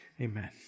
Amen